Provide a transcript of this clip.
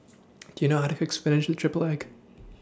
Do YOU know How to Cook Spinach with Triple Egg